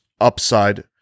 upside